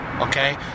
okay